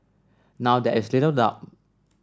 now there is little doubt